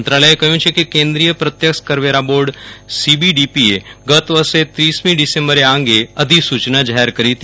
મંત્રાલયે કહયું છે કે કેન્દ્રીય પ્રત્યક્ષ કરવેરા બોર્ડ સીબીડીટીએ ગત વર્ષે ત્રીસ ડીસેમ્બરે આ અંગે અધિસુયના જાહેર કરી હતી